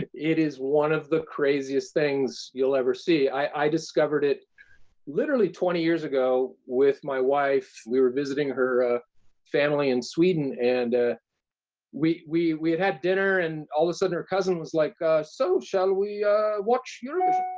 it it is one of the craziest things you'll ever see. i, i discovered it literally twenty years ago with my wife. we were visiting her family in sweden and ah we, we, we had had dinner and all of a sudden her cousin was like, so shall we watch eurovision?